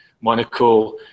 Monaco